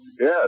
Yes